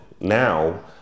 now